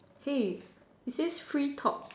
hey it says free talks